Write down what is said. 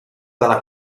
dalla